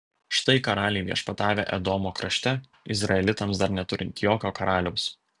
štai karaliai viešpatavę edomo krašte izraelitams dar neturint jokio karaliaus